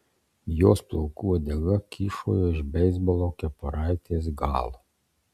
jos plaukų uodega kyšojo iš beisbolo kepuraitės galo